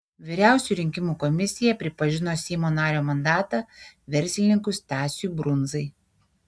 vyriausioji rinkimų komisija pripažino seimo nario mandatą verslininkui stasiui brundzai